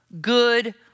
good